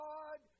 God